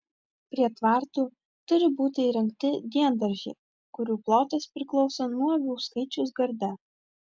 prie tvartų turi būti įrengti diendaržiai kurių plotas priklauso nuo avių skaičiaus garde